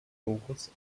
doris